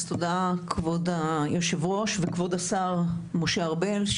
אז תודה כבוד היו"ר וכבוד השר משה ארבל,